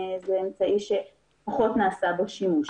זה אמצעי שפחות נעשה בו שימוש.